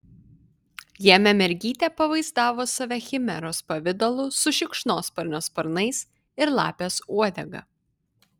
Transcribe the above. jame mergytė pavaizdavo save chimeros pavidalu su šikšnosparnio sparnais ir lapės uodega